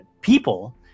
people